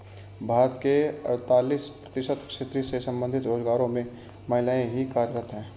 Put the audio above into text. भारत के अड़तालीस प्रतिशत कृषि से संबंधित रोजगारों में महिलाएं ही कार्यरत हैं